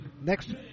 next